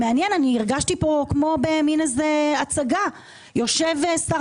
אני הרגשתי פה כמו במן איזו הצגה שבה יושב שר